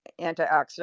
antioxidant